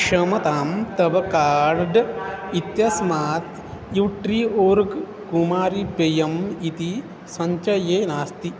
क्षम्यतां तव कार्ड् इत्यस्मात् यूट्रि ओर्ग् कुमारीपेयम् इति सञ्चये नास्ति